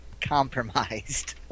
compromised